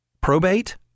probate